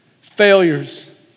failures